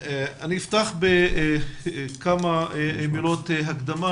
אני אפתח בכמה מילות הקדמה,